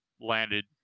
landed